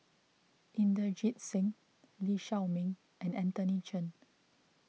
Inderjit Singh Lee Shao Meng and Anthony Chen